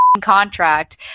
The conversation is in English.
contract